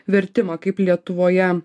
vertimą kaip lietuvoje